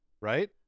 right